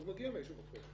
הוא מגיע מאיזשהו מקום.